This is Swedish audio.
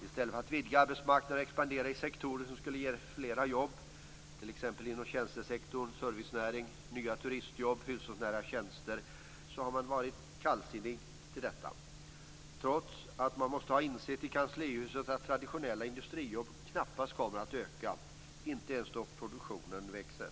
I stället för att vidga arbetsmarknaden och expandera i sektorer som skulle kunna ge fler jobb - t.ex. inom tjänstesektorn, servicenäringen, turistnäringen, hushållsnära tjänster - har man varit kallsinnig till detta, trots att man i Kanslihuset måste ha insett att traditionella industrijobb knappast kommer att öka i antal, inte ens då produktionen växer.